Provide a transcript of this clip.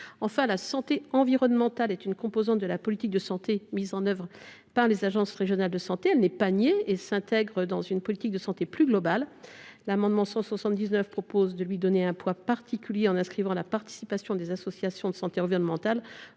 Enfin, la santé environnementale est une composante de la politique de santé mise en œuvre par les agences régionales de santé. Elle n’est pas niée et s’intègre dans une politique de santé plus globale. L’amendement n° 179 vise à lui donner un poids particulier en inscrivant dans la loi la participation des associations de santé environnementale